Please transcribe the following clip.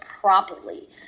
properly